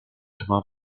immer